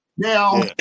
Now